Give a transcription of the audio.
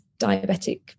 diabetic